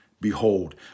Behold